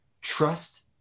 trust